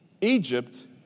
Egypt